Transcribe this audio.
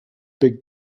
big